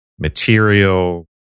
material